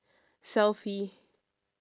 selfie